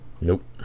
Nope